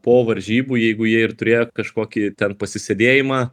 po varžybų jeigu jie ir turėjo kažkokį ten pasisėdėjimą